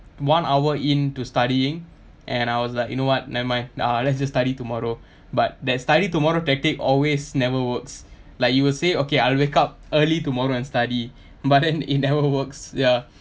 one hour in to studying and I was like you know what never mind ah let's just study tomorrow but that study tomorrow tactic always never works like you will say okay I'll wake up early tomorrow and study but then it never works ya